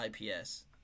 IPS